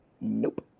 Nope